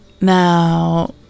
now